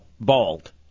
bald